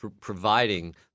providing